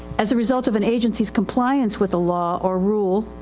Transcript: as a result of an agencyis compliance with a law or rule,